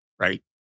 Right